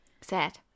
Sad